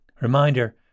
Reminder